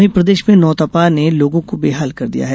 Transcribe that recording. वहीं प्रदेश में नौतपा ने लोगों को बेहाल कर दिया है